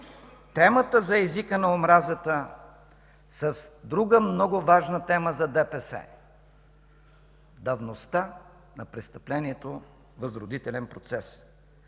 темата за езика на омразата с друга много важна тема за ДПС – давността на престъплението възродителен процес.